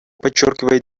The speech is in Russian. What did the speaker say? подчеркивает